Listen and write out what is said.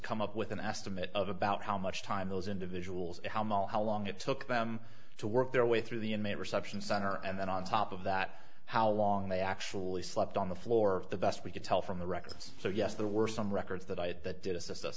come up with an estimate of about how much time those individuals how many how long it took them to work their way through the inmate reception center and then on top of that how long they actually slept on the floor the best we could tell from the records so yes there were some records that i had that did assist us